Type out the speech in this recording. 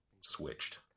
switched